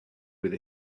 with